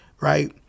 right